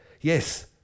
Yes